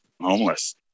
homeless